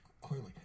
clearly